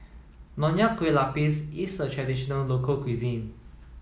Nonya Kueh Lapis is a traditional local cuisine